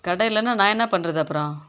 கடை இல்லைனா நான் என்ன பண்ணுறது அப்புறம்